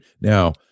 Now